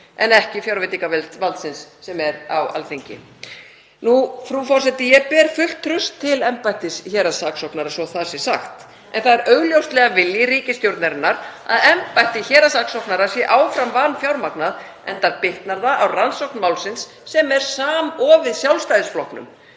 en ekki fjárveitingavaldsins sem er á Alþingi. Frú forseti. Ég ber fullt traust til embættis héraðssaksóknara, svo að það sé sagt, en það er augljóslega vilji ríkisstjórnarinnar að embætti héraðssaksóknara sé áfram vanfjármagnað enda bitnar það á rannsókn málsins sem er samofið Sjálfstæðisflokknum.